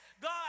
God